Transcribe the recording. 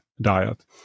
diet